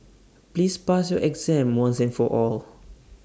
please pass your exam once and for all